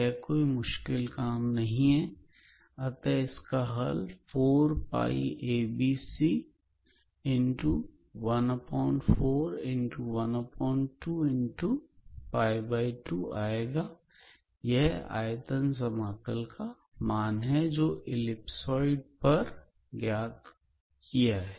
यह कोई बहुत मुश्किल नहीं है अतः इसका हल है अतः आयतन समाकल का मान है जो एलिपसॉयड पर समा कल करने से प्राप्त हुआ है